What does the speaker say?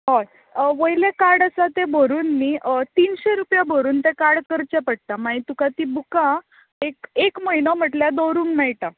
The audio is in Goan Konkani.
हय वयलें कार्ड आसा तें भरून न्ही तिनशें रुपया भरून तें कार्ड करचें पडटा मागीर तुका तीं बुकां एक एक म्हयनो म्हटल्यार दवरूंक मेळटा